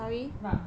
忘他